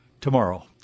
tomorrow